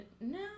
No